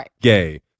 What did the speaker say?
gay